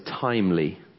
timely